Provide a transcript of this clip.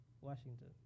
Washington